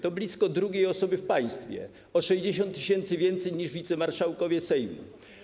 To blisko drugiej osoby w państwie, o 60 tys. więcej niż wicemarszałkowie Sejmu.